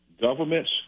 Government's